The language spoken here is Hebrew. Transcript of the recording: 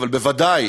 אבל בוודאי